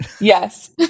Yes